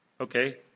okay